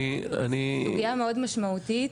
היא סוגיה מאוד משמעותית.